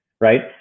right